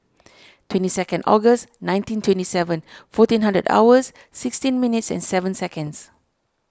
twenty second August nineteen twenty seven fourteen hundred hours sixteen minutes and seven seconds